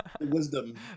wisdom